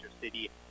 City